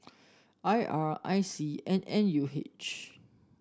I R I C and N U H